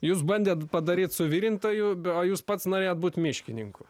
jus bandėt padaryt suvirintoju be o jūs pats norėjot būt miškininku